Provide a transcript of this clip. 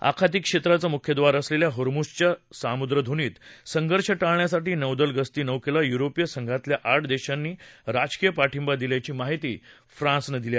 आखाती क्षेत्राचं मुख्यद्वार असलेल्या होर्मुझच्या सामुद्रधुनीत संघर्ष ळण्यासाठी नौदल गस्ती नौकेला युरोपीय संघातल्या आठ देशांनी राजकीय पाठिंबा दिल्याची माहिती फ्रान्सनं काल दिली